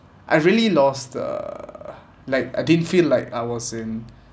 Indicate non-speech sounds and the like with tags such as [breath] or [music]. I really lost uh [breath] like I didn't feel like I was in